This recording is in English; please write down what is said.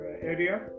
area